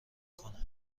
کنه